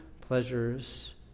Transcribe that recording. pleasures